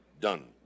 Done